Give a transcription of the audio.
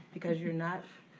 because you're not